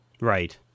Right